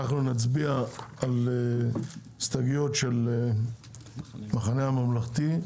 אנחנו נצביע על ההסתייגויות של המחנה הממלכתי.